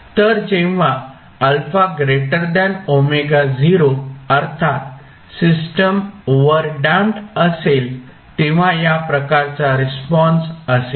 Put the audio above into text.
तर जेव्हा α ω0 अर्थात सिस्टम ओव्हरडॅम्पड असेल तेव्हा या प्रकारचा रिस्पॉन्स असेल